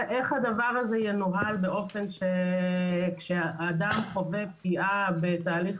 איך הדבר הזה ינוהל באופן שכשאדם חווה פגיעה בתהליך